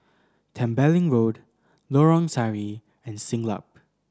Tembeling Road Lorong Sari and Siglap